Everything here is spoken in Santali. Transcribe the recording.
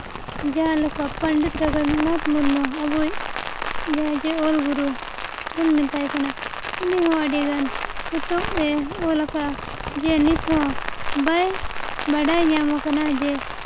ᱡᱟᱦᱟᱸ ᱞᱮᱠᱟ ᱯᱚᱱᱰᱤᱛ ᱨᱚᱜᱷᱩᱱᱟᱛᱷ ᱢᱩᱨᱢᱩ ᱟᱵᱚᱭᱤᱡ ᱡᱟᱦᱟᱸᱭ ᱡᱮ ᱚᱞᱜᱩᱨᱩ ᱵᱚᱱ ᱢᱮᱛᱟᱭ ᱠᱟᱱᱟ ᱩᱱᱤ ᱦᱚᱸ ᱟᱹᱰᱤᱜᱟᱱ ᱯᱚᱛᱚᱵᱼᱮ ᱚᱞ ᱟᱠᱟᱫ ᱱᱤᱛ ᱦᱚᱸ ᱵᱟᱭ ᱵᱟᱰᱟᱭ ᱧᱟᱢ ᱠᱟᱱᱟ ᱡᱮ